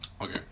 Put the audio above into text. Okay